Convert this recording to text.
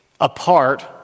apart